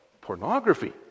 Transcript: pornography